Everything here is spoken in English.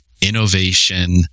innovation